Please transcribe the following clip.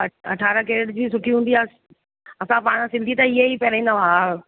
अट अरिड़हं कैरेट जी सुठी हूंदी आहे असां पाण सिंधी त इहेई पाइरींदा हा